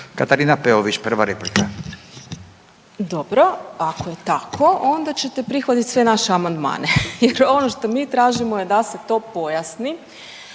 Katarina (RF)** Dobro ako je tako onda ćete prihvatiti sve naše amandmane, jer ono što mi tražimo je da se to pojasni.